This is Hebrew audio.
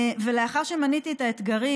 לאחר שמניתי את האתגרים,